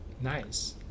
nice